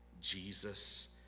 Jesus